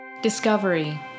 Discovery